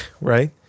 right